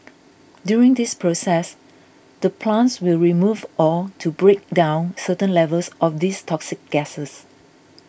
during this process the plants will remove or to break down certain levels of these toxic gases